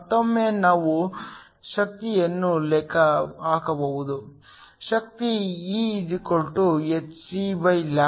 ಮತ್ತೊಮ್ಮೆ ನಾವು ಶಕ್ತಿಯನ್ನು ಲೆಕ್ಕ ಹಾಕಬಹುದು ಶಕ್ತಿ E hcλ 1